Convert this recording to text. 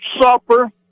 supper